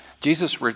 Jesus